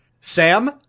sam